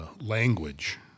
language